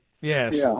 Yes